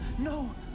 No